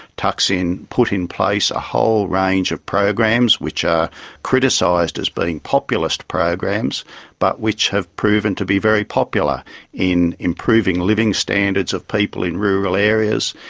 thaksin put in place a whole range of programs which are criticised as being populist programs but which have proven to be very popular in improving living standards of people in rural areas,